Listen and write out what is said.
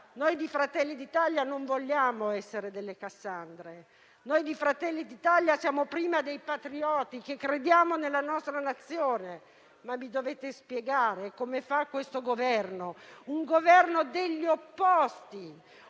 Noi di Fratelli d'Italia non vogliamo essere delle Cassandre. Noi di Fratelli d'Italia siamo dei patrioti e crediamo nella nostra Nazione. Ma mi dovete spiegare come fa questo Governo, un Governo degli opposti